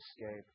escape